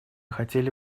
хотели